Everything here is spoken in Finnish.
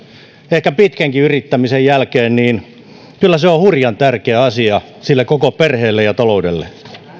ehkä pitkänkin yrittämisen jälkeen niin kyllä se on hurjan tärkeä asia sille koko perheelle ja taloudelle